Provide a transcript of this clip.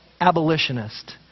abolitionist